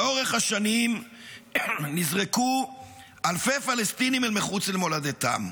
לאורך השנים נזרקו אלפי פלסטינים אל מחוץ למולדתם,